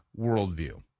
worldview